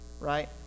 Right